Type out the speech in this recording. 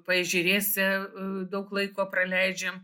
paežerėse daug laiko praleidžiam